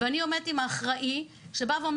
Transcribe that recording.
אני עומדת ליד האחראי שאומר,